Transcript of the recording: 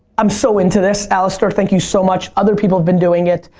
i'm so into this. alastair, thank you so much. other people have been doing it.